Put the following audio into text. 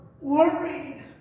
worried